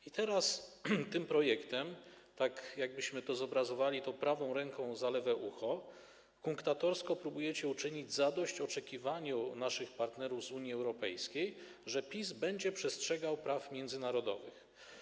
I teraz tym projektem - jak by to zobrazować - chwytając prawą ręką za lewe ucho, kunktatorsko próbujecie uczynić zadość oczekiwaniu naszych partnerów z Unii Europejskiej, że PiS będzie przestrzegał praw międzynarodowych.